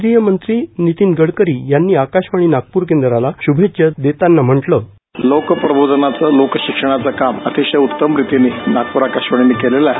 केंद्रीय मंत्री नितीन गडकरी यांनी आकाशवाणी नागप्र केंद्राला श्भेच्छा देतांना म्हटलं लोक प्रबोधनाचं लोक शिक्षणाचं काम अतिशय उत्तम रितीने नागपूर आकाशवाणीने केलेला आहे